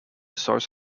source